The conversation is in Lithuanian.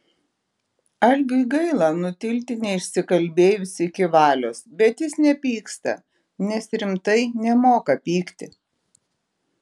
algiui gaila nutilti neišsikalbėjus iki valios bet jis nepyksta nes rimtai nemoka pykti